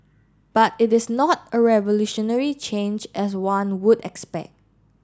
but it is not a revolutionary change as one would expect